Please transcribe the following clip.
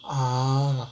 ah